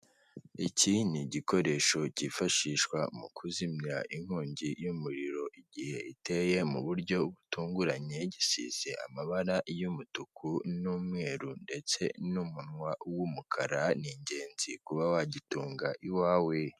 Iki ni igikoresho cyifashishwa mu kuzimya inkongi y'umuriro igihe iteye mu buryo butunguranye gisize amabara y'umutuku n'umweru ndetse n'umunwa w'umukara n'ingenzi kuba wagitunga i wawe.